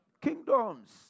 Kingdoms